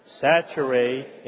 saturate